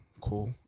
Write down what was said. Cool